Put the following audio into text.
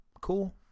cool